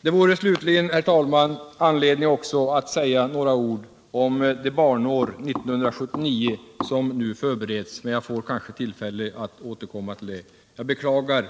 Det vore anledning att också säga några ord om FN:s internationella barnår 1979 som nu förbereds, och jag får kanske tillfälle att återkomma till detta. Herr talman! Jag beklagar